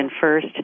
First